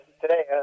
today